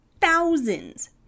Thousands